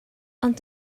ond